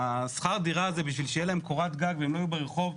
השכר דירה זה בשביל שיהיה להם קורת גג והם לא יהיו ברחוב.